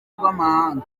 rw’amahanga